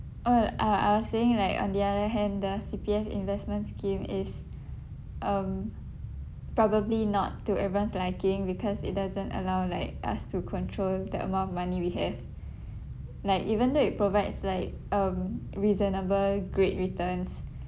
oh i i was saying like on the other hand the C_P_F investment scheme is um probably not to everyone's liking because it doesn't allow like us to control the amount of money we have like even though it provides like um reasonable great returns